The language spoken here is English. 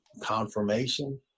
confirmation